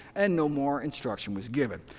and no more instruction was given.